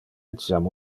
etiam